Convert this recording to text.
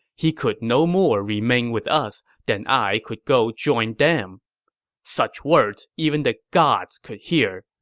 he could no more remain with us than i could go join them such words even the gods could hear.